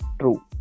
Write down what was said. True